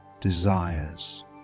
desires